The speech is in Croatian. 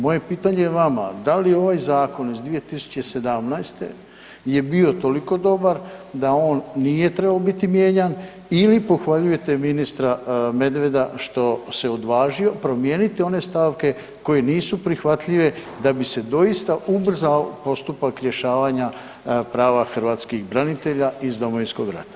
Moje pitanje vama, da li ovaj zakon iz 2017. je bio toliko dobar da on nije trebao biti mijenjan ili pohvaljujete ministra Medveda što se odvažio promijeniti one stavke koje nisu prihvatljive da bi se doista ubrzao postupak rješavanje prava hrvatskih branitelja iz Domovinskog rata?